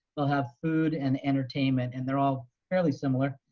they'll have food and entertainment and they're all fairly similar.